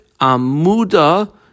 amuda